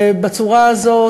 ובצורה הזאת.